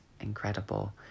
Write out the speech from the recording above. incredible